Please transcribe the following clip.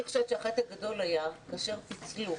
אני חושבת שהחטא הגדול היה כאשר פיצלו